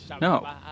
No